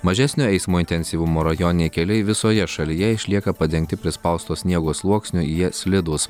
mažesnio eismo intensyvumo rajoniniai keliai visoje šalyje išlieka padengti prispausto sniego sluoksniu jie slidūs